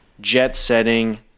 jet-setting